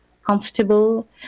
comfortable